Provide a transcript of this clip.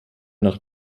nach